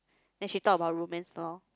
then she talk about romance loh